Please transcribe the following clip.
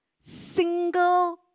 single